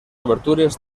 obertures